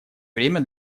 время